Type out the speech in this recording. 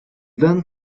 then